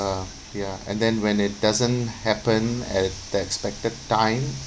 ya and then when it doesn't happen at the expected time